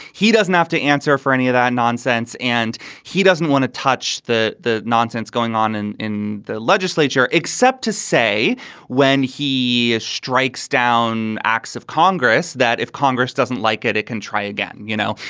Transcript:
he doesn't have to answer for any of that nonsense and he doesn't want to touch the the nonsense going on in in the legislature, except to say when he ah strikes down acts of congress that if congress doesn't like it, it can try again. you know,